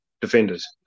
Defenders